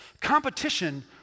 Competition